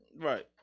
Right